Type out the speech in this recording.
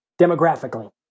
demographically